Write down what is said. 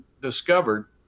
discovered